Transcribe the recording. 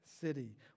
city